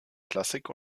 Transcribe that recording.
klassik